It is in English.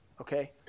Okay